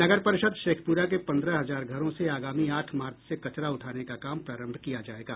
नगर परिषद शेखपुरा के पंद्रह हजार घरों से आगामी आठ मार्च से कचरा उठाने का काम प्रारम्भ किया जाएगा